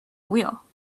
wheel